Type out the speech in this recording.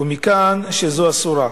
ומכאן שזו אסורה.